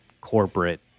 corporate